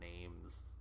names